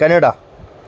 Canada